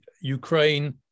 Ukraine